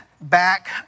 back